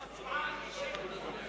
לא, יש עוד אחת.